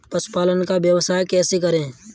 पशुपालन का व्यवसाय कैसे करें?